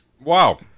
wow